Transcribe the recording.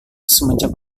semenjak